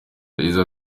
yagize